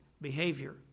behavior